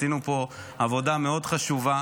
עשינו פה עבודה מאוד חשובה,